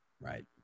Right